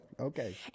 Okay